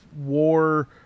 war